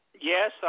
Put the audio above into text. Yes